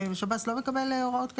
שב"ס לא מקבל הוראות כאלה?